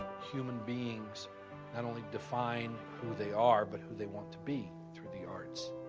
human beings not only define who they are, but who they want to be through the arts.